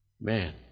Man